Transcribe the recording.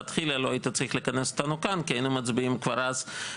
לכן הייתי רוצה לנצל את הדיון לא רק לספר ולהגיד כמה זה רע,